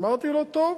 אמרתי לו: טוב.